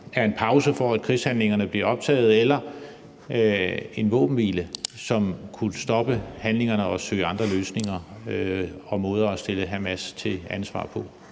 er en pause, for at krigshandlingerne bliver genoptaget, eller en våbenhvile, som kunne stoppe handlingerne og gøre, at man kunne søge andre løsninger og måder at stille Hamas til ansvar på.